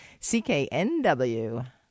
CKNW